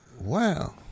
Wow